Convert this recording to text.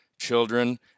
children